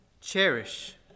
cherish